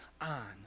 on